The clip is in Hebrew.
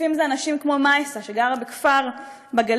שקופים זה אנשים כמו מאיסה, שגרה בכפר בגליל.